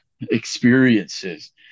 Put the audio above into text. experiences